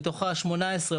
מתוך ה-18,